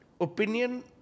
opinion